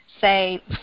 say